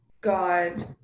God